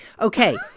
Okay